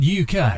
uk